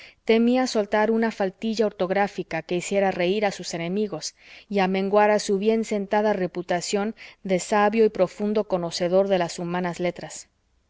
temía soltar una faltilla ortográfica que hiciera reir a sus enemigos y amenguara su bien sentada reputación de sabio y profundo conocedor de las humanas letras